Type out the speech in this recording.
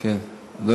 הפנים רצתה לדון בזה.